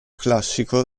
classico